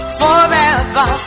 forever